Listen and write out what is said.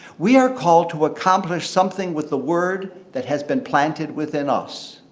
we are called to accomplish something with the word that has been planted within us.